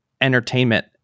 entertainment